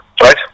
right